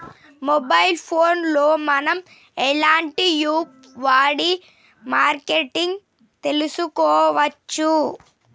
Mobile phone లో మనం ఎలాంటి యాప్ వాడి మార్కెటింగ్ తెలుసుకోవచ్చు?